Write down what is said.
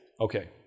Okay